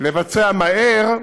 לבצע מהר,